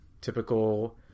typical